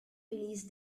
release